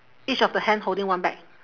each of the hand holding one bag